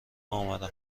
آمدم